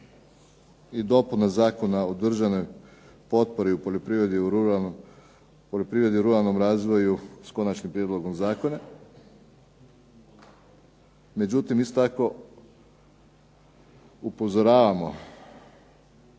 i dopuna Zakona o državnoj potpori u poljoprivredni i ruralnom razvoju s Konačnim prijedlogom zakona. Međutim, isto tako upozoravamo